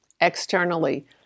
externally